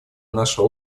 наша